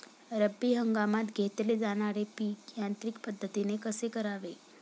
रब्बी हंगामात घेतले जाणारे पीक यांत्रिक पद्धतीने कसे करावे?